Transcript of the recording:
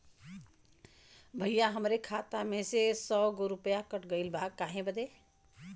भईया हमरे खाता मे से सौ गो रूपया कट गइल बा काहे बदे?